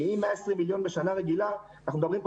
כי אם יש בה 120 מיליון שקלים בשנה רגילה אנחנו מדברים פה